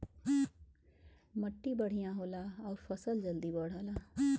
मट्टी बढ़िया होला आउर फसल जल्दी बढ़ला